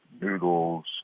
noodles